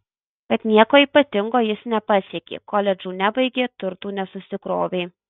kad nieko ypatingo jis nepasiekė koledžų nebaigė turtų nesusikrovė